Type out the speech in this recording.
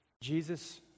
Jesus